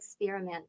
experiment